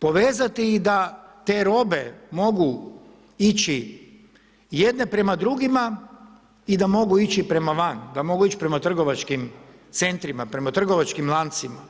Povezati da te robe mogu ići jedne prema drugima i da mogu ići prema van, da mogu ići prema trgovačkim centrima, prema trgovačkim lancima